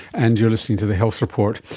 and you're listening to the health report.